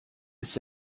ist